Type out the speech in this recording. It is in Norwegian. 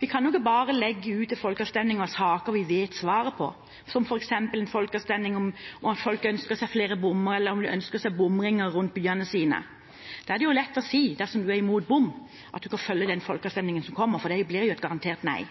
Vi kan ikke bare legge ut til folkeavstemning saker vi vet svaret på, som f.eks. en folkeavstemning om folk ønsker seg flere bommer, eller om de ønsker seg bomringer rundt byene sine. Da er det lett å si – dersom en er imot bom – at en skal følge den folkeavstemningen som kommer, for det blir garantert nei.